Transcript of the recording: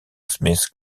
smith